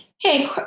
hey